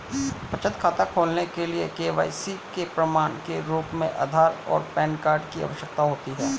बचत खाता खोलने के लिए के.वाई.सी के प्रमाण के रूप में आधार और पैन कार्ड की आवश्यकता होती है